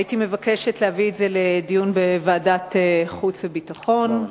הייתי מבקשת להביא את זה לדיון בוועדת חוץ וביטחון,